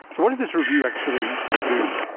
so what did this review actually do?